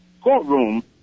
courtroom